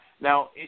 Now